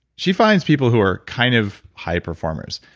she finds people who are kind of high performers.